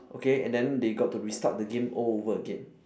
okay and then they got to restart the game all over again